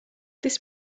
this